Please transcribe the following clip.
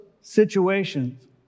situations